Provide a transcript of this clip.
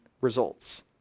results